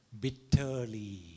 bitterly